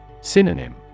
Synonym